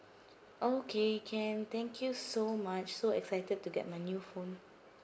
okay can thank you so much so excited to get my new phone